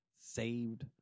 saved